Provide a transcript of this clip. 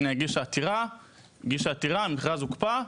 חברה שנייה הגישה עתירה שבעקיבותה הוקפא המכרז,